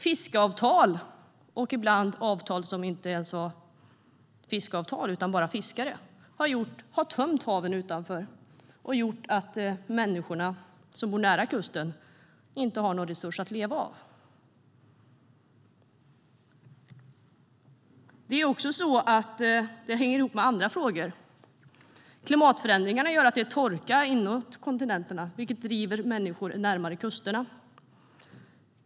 Fiskeavtal och ibland avtal som inte ens var fiskeavtal utan bara fiskare har tömt haven utanför och gjort att människorna som bor nära kusten inte har någon resurs att leva av. Det hänger också ihop med andra frågor. Klimatförändringarna gör att det är torka inåt kontinenterna, vilket driver människor närmare kusterna.